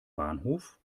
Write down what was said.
bahnhof